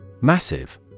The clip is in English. Massive